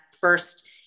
first